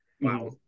wow